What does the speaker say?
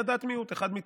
היה דעת מיעוט, אחד מתשעה.